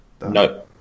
No